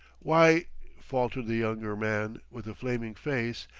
why faltered the younger man, with a flaming face.